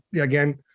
again